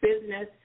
business